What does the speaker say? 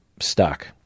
stuck